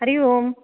Hari Om